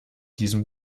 diesem